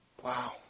Wow